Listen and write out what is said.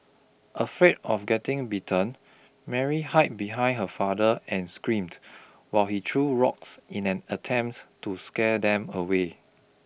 afraid of getting bitten Mary hide behind her father and screamed while he threw rocks in an attempt to scare them away